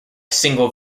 single